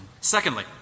Secondly